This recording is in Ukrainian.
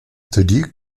тоді